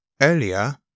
earlier